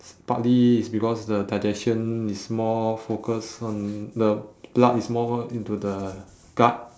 it's partly is because the digestion is more focused on the blood is more into the gut